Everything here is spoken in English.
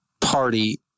party